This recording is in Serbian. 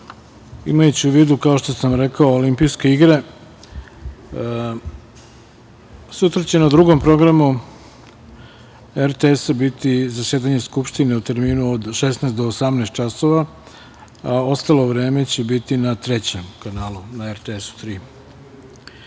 Imajući u vidu, kao što sam rekao, Olimpijske igre, sutra će na drugom programu RTS biti zasedanje Skupštine u terminu od 16.00 do 18.00 časova, a ostalo vreme će biti na trećem kanalu, na RTS